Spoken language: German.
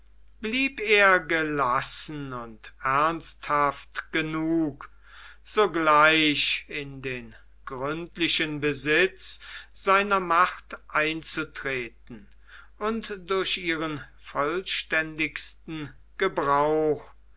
blieb er gelassen und ernsthaft genug sogleich in den gründlichen besitz seiner macht einzutreten und durch ihren vollständigsten gebrauch